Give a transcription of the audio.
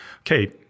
okay